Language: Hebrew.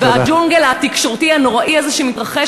והג'ונגל התקשורתי הנוראי הזה שמתרחש,